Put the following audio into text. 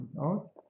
out